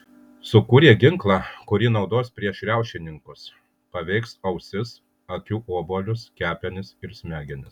sukūrė ginklą kurį naudos prieš riaušininkus paveiks ausis akių obuolius kepenis ir smegenis